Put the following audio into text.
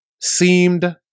seemed